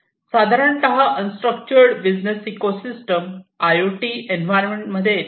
साधारणतः unstructured business ecosystem आय O T environment मध्ये येतात